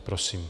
Prosím.